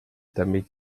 damit